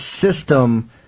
system